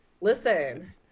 Listen